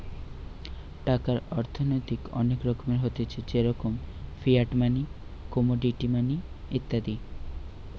টাকার অর্থনৈতিক অনেক রকমের হতিছে যেমন ফিয়াট মানি, কমোডিটি মানি ইত্যাদি